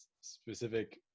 specific